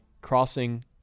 crossing